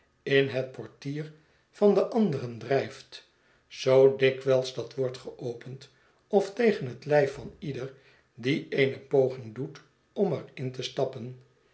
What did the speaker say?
in het portier van den anderen drijft zoo dikwijls dat wordt geopend of tegen het lijf van ieder die eene poging doet om er in te stappen